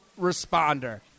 responder